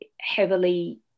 heavily